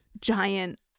giant